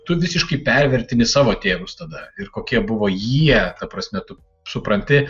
tu visiškai pervertini savo tėvus tada ir kokie buvo jie ta prasme tu supranti